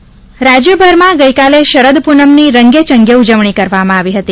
શરદ પૂર્ણિમા રાજ્યભરમાં ગઇકાલે શરદપૂનમની રંગેયંગે ઉજવણી કરવામાં વી હતી